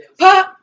pop